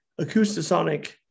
Acoustasonic